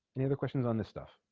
any other questions on this stuff